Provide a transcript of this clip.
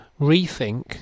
rethink